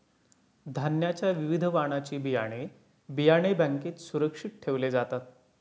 धान्याच्या विविध वाणाची बियाणे, बियाणे बँकेत सुरक्षित ठेवले जातात